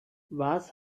was